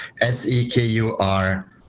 S-e-k-u-r